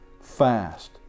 fast